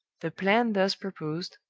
the plan thus proposed,